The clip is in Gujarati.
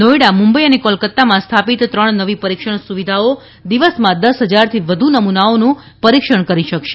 નોઈડા મુંબઇ અને કોલકાતામાં સ્થાપિત ત્રણ નવી પરીક્ષણ સુવિધાઓ દિવસમાં દસ હજારથી વધુ નમૂનાઓનું પરીક્ષણ કરી શકશે